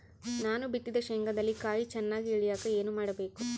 ನಾನು ಬಿತ್ತಿದ ಶೇಂಗಾದಲ್ಲಿ ಕಾಯಿ ಚನ್ನಾಗಿ ಇಳಿಯಕ ಏನು ಮಾಡಬೇಕು?